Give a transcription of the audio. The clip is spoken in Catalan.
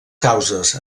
causes